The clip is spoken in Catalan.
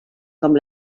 com